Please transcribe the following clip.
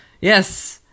yes